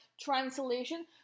Translation